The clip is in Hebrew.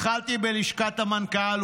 'התחלתי בלשכת המנכ"ל,